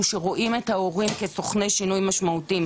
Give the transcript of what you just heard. אנחנו יושבים בכל הארץ,